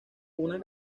una